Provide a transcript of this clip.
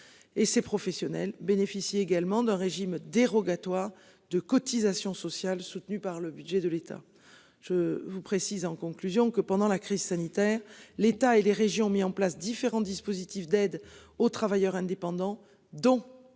et ces professionnels bénéficient également d'un régime dérogatoire de cotisations sociales, soutenue par le budget de l'État. Je vous précise en conclusion que pendant la crise sanitaire, l'État et les régions mis en place différents dispositifs d'aide aux travailleurs indépendants dont